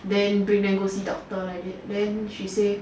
then bring them go see doctor like that then she say